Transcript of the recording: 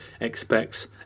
expects